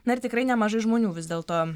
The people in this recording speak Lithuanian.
na ir tikrai nemažai žmonių vis dėlto